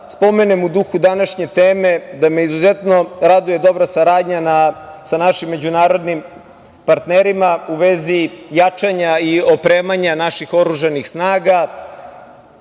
spomenem, u duhu današnje teme, da me izuzetno raduje dobra saradnja sa našim međunarodnim partnerima u vezi jačanja i opremanja naših oružanih snaga,